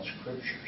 Scriptures